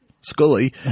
Scully